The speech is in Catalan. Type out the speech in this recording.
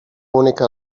única